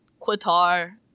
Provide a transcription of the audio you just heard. Qatar